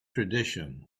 tradition